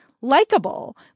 likable